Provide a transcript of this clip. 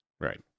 Right